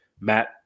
Matt